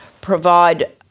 provide